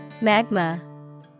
Magma